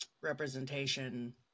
representation